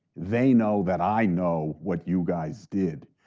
they know that i know what you guys did.